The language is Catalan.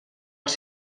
els